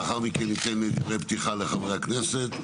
לאחר מכן ניתן דברי פתיחה לחברי הכנסת,